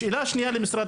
השאלה השנייה למשרד